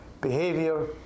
behavior